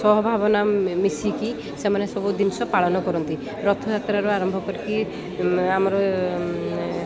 ସଭାବନା ମିଶିକି ସେମାନେ ସବୁ ଜିନିଷ ପାଳନ କରନ୍ତି ରଥଯାତ୍ରାରୁ ଆରମ୍ଭ କରିକି ଆମର